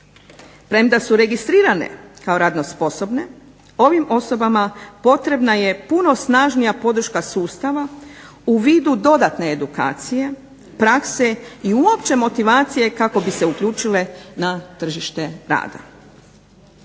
Premda su registrirane kao radno sposobne, ovim osobama potrebna je puno snažnija podrška sustava u vidu dodatne edukacije, prakse i uopće motivacije kako bi se uključile na tržište rada.